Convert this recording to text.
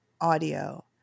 audio